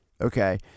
Okay